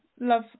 love